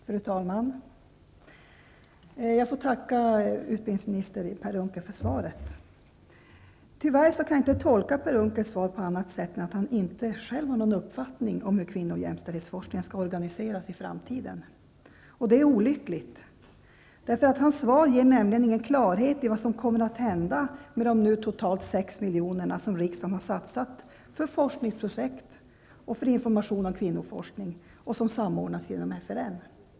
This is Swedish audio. Fru talman! Jag får tacka utbildningsminister Per Unckel för svaret. Tyvärr kan jag inte tolka Per Unckels svar på annat sätt än att han inte själv har någon uppfattning om hur kvinno och jämställdshetsforskningen skall organiseras i framtiden. Det är olyckligt. Hans svar ger nämligen ingen klarhet i vad som kommer att hända med de totalt 6 miljoner som riksdagen har satsat för forskningsprojekt och information om kvinnoforskning och som samordnas genom FRN.